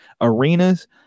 arenas